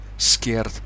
scared